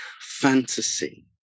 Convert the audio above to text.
fantasy